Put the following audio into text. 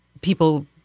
people